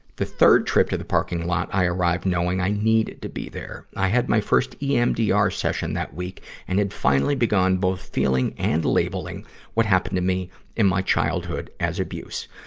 the third trip to the parking lot, i arrived knowing i needed to be there. i had my first emdr session that week and had finally begun both feeling and labeling what happened to me in my childhood as abuse.